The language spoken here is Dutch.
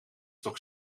toch